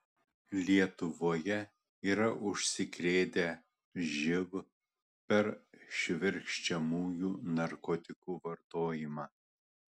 lietuvoje yra užsikrėtę živ per švirkščiamųjų narkotikų vartojimą